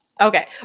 Okay